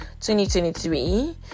2023